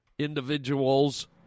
individuals